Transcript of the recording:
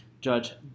Judge